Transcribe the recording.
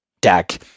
deck